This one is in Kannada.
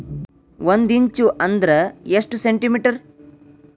ಒಂದಿಂಚು ಅಂದ್ರ ಎಷ್ಟು ಸೆಂಟಿಮೇಟರ್?